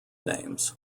names